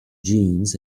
jeans